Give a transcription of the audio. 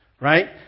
right